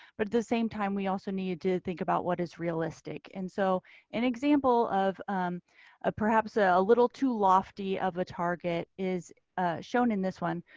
but at the same time we also needed to think about what is realistic. and so an example of ah perhaps a little too lofty of a target is shown in this one.